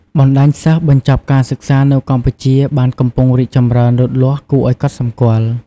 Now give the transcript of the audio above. បណ្ដាញសិស្សបញ្ចប់ការសិក្សានៅកម្ពុជាបានកំពុងរីកចម្រើនលូតលាស់គួរឱ្យកត់សម្គាល់។